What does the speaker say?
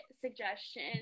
suggestion